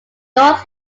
north